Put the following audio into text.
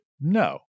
no